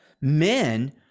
men